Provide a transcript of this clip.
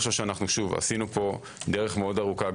עשינו פה דרך מאוד ארוכה.